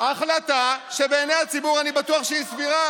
החלטה שבעיני הציבור אני בטוח שהיא סבירה,